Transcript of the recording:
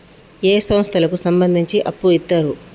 ఏ సంస్థలకు సంబంధించి అప్పు ఇత్తరు?